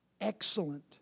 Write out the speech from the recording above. excellent